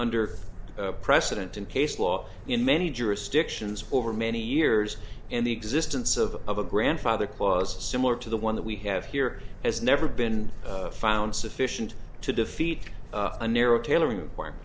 under oath precedent and case law in many jurisdictions over many years and the existence of of a grandfather clause similar to the one that we have here has never been found sufficient to defeat a narrow tailoring point